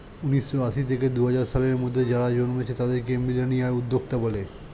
উন্নিশো আশি থেকে দুহাজার সালের মধ্যে যারা জন্মেছে তাদেরকে মিলেনিয়াল উদ্যোক্তা বলে